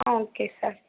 okay sir